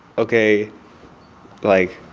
ok like,